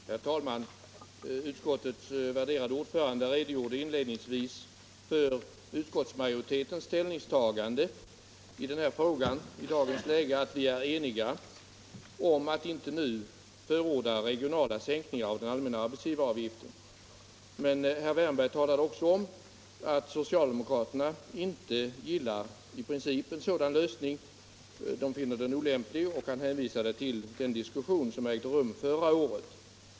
Herr talman! Utskottets värderade ordförande redogjorde för att utskottsmajoriteten i dagens läge är enig om att nu inte förorda regionala sänkningar av den allmänna arbetsgivaravgiften. Men herr Wärnberg sade också att socialdemokraterna i princip inte gillar en sådan lösning. Han hänvisade därvid till den diskussion som ägde rum förra året.